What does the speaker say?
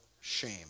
shame